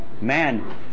man